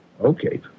Okay